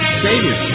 savior